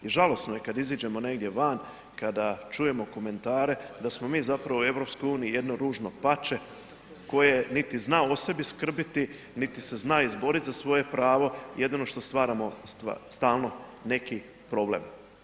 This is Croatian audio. I žalosno je kada iziđemo negdje van, kada čujemo komentare da smo mi zapravo u EU jedno ružno pače, koje niti zna o sebi skrbiti, niti se zna izboriti za svoje pravo jedino što stvaramo stalno neki problem.